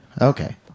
Okay